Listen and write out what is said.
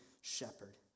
shepherd